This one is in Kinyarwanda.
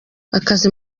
akazi